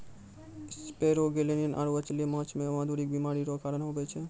सेपरोगेलनिया आरु अचल्य माछ मे मधुरिका बीमारी रो कारण हुवै छै